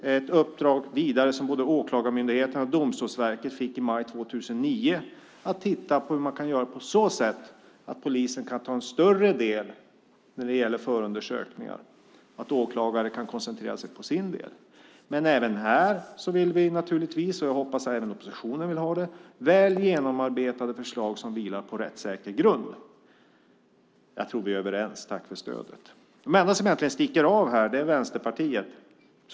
Vidare finns det uppdrag som både Åklagarmyndigheten och Domstolsverket fick i maj 2009 att titta på hur man kan se till att polisen tar en större del när det gäller förundersökningar så att åklagarna kan koncentrera sig på sin del. Även här vill vi ha väl genomarbetade förslag som vilar på rättssäker grund, och jag hoppas att det även gäller oppositionen. Jag tror att vi är överens. Tack för stödet! De enda som egentligen sticker av är som vanligt Vänsterpartiet.